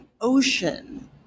ocean